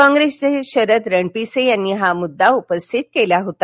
काँग्रेसचे शरद रणपिसे यांनी हा मुद्दा उपस्थित केला होता